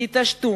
תתעשתו,